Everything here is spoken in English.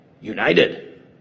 united